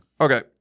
Okay